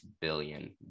billion